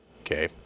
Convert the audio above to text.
Okay